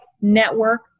network